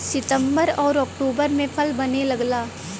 सितंबर आउर अक्टूबर में फल बने लगला